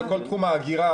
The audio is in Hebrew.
זה כל תחום ההגירה.